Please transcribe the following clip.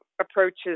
approaches